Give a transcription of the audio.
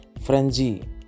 Frenzy